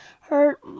hurt